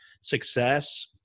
success